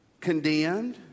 condemned